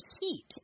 heat